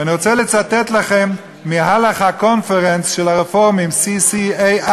אבל אני רוצה לומר לכם שכנראה עוד לפני פורים תתכנס מועצת גדולי התורה,